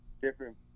different